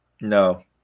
No